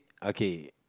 okay